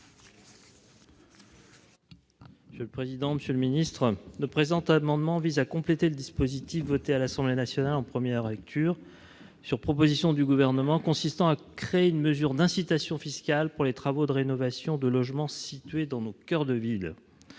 présenter l'amendement n° II-211 rectifié. Le présent amendement vise à adapter le dispositif voté par l'Assemblée nationale en première lecture, sur proposition du Gouvernement, consistant à créer une mesure d'incitation fiscale pour les travaux de rénovation de logements situés dans nos coeurs de ville.